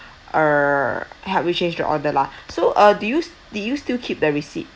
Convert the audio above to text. uh help you changed the order lah so uh do you do you still keep the receipt